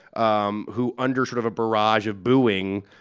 um who under sort of a barrage of booing,